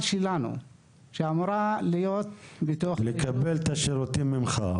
שלנו --- שאמורה לקבל את השירותים ממך.